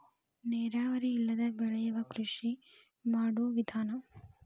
ನೇರಾವರಿ ಇಲ್ಲದೆ ಬೆಳಿಯು ಕೃಷಿ ಮಾಡು ವಿಧಾನಾ